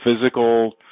physical